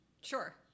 Sure